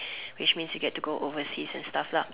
which means you get to go overseas and stuff lah